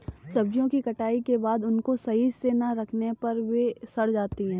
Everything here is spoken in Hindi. सब्जियों की कटाई के बाद उनको सही से ना रखने पर वे सड़ जाती हैं